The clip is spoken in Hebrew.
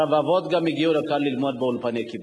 רבבות גם הגיעו לכאן ללמוד באולפני קיבוץ,